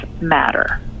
matter